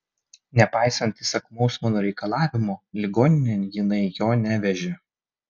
nepaisant įsakmaus mano reikalavimo ligoninėn jinai jo nevežė